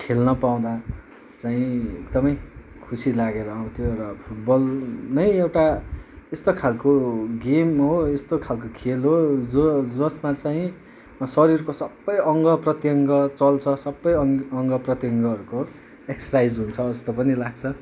खेल्न पाउँदा चाहिँ एकदमै खुसी लागेर आउँथ्यो र फुटबल नै एउटा यस्तो खालको गेम हो यस्तो खालको खेल हो जो जसमा चाहिँ शरीरको सबै अङ्ग प्रत्यङ्ग चल्छ सबै अङ्ग अङ्ग प्रत्यङ्गहरूकोे एकसरसाइज हुन्छ जस्तो पनि लाग्छ